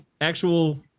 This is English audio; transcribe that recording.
actual